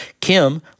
Kim